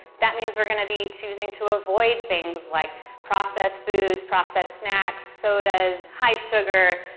that means we're gonna be choosing to avoid things like processed foods, processed snacks, sodas, high sugar,